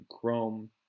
chrome